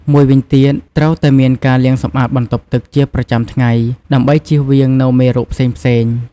មួយវិញទៀតត្រូវតែមានការលាងសម្អាតបន្ទប់ទឹកជាប្រចាំថ្ងៃ ដើម្បីជៀសវាងនូវមេរោគផ្សេងៗ។